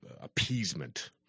appeasement